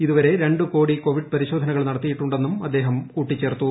ഇതുവരെ രണ്ട് കോടി കോവിഡ് പ്പ്രിശോധനകൾ നടത്തിയിട്ടുണ്ടെന്നും അദ്ദേഹം കൂട്ടിച്ചേർത്തു